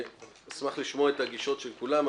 אני אשמח לשמוע את הגישות של כולם.